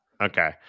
Okay